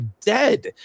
dead